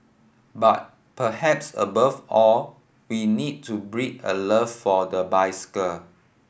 but perhaps above all we need to breed a love for the bicycle